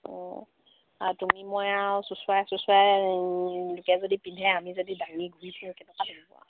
অঁ আৰু তুমি মই আও চুঁচৰাই চুঁচৰাই যদি পিন্ধে আমি যদি দাঙি